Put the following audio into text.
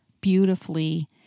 beautifully